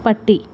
പട്ടി